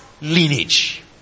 lineage